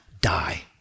die